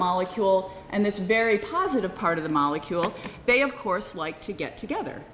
molecule and that's very positive part of the molecule they of course like to get together